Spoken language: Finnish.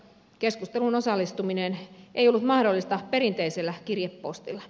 keskusteluun osallistuminen ei ollut mahdollista perinteisellä kirjepostilla